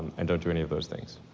and don't do any of those things?